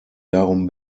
darum